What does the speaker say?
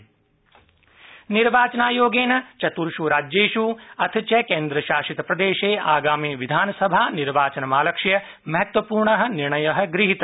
निर्वाचन आयोग निर्वाचन आयोगेन चतूर्ष राज्येष् अथ च केन्द्रशासित प्रदेशे आगामि विधानसभा निर्वाचनमालक्ष्य महत्वपूर्णः निर्णयः गृहीतः